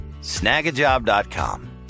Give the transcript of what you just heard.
snagajob.com